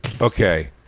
Okay